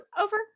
over